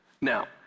Now